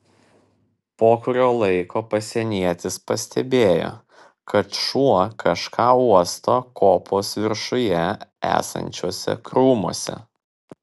po kurio laiko pasienietis pastebėjo kad šuo kažką uosto kopos viršuje esančiuose krūmuose